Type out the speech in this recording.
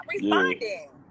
responding